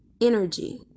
energy